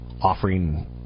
offering